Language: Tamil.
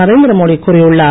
நரேந்திரமோடி கூறியுள்ளார்